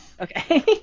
Okay